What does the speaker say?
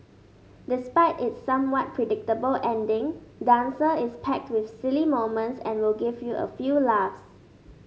despite its somewhat predictable ending Dancer is packed with silly moments and will give you a few laughs